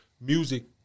Music